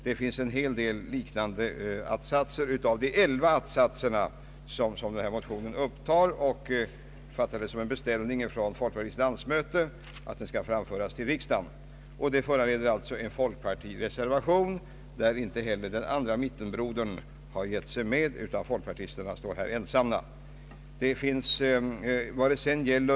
Det finns en hel del liknande att-satser i motionen som kan uppfattas som en beställning av folkpartiets landsmöte att framföras till riksdagen. Detta har alltså föranlett en folkpartireservation som inte heller biträtts av mittenpartibrodern, utan folkpartiets representanter står här ensamma.